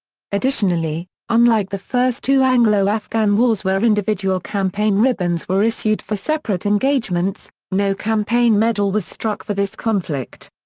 additionally, unlike the first two anglo-afghan wars where individual campaign ribbons were issued for separate engagements, no campaign medal was struck for this conflict.